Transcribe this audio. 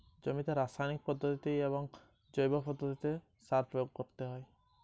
জমিতে কী কী পদ্ধতিতে সার প্রয়োগ করতে হয়?